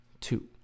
two